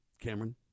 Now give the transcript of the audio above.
Cameron